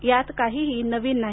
यात काहीही नवीन नाही